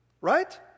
Right